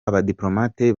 abadipolomate